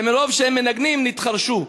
שמרוב שהם מנגנים נתחרשו".